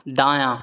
दायाँ